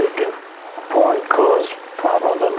can porn cause problems, um